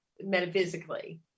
metaphysically